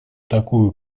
такую